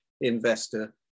investor